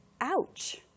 Ouch